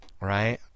right